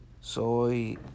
Soy